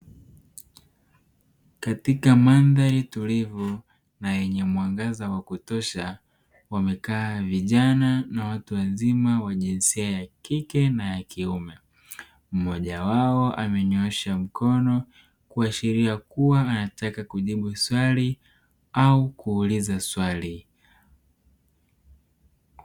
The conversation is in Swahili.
Katika mandhari tulivu na yenye mwangza wa kutosha wamekaa vijana na watu wazima wenye jinsia ya kike na ya kiume, mmoja wao amenyoosha mkono kuashiria kuwa anataka kujibu swali au kuuliza swali.